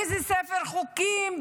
באיזה ספר חוקים,